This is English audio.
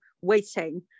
waiting